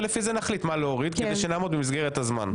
ולפי זה נחליט מה להוריד כדי שנעמוד במסגרת הזמן.